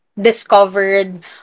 discovered